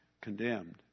condemned